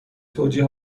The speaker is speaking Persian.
توجیه